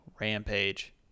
rampage